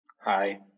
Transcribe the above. Hi